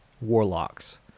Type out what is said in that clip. warlocks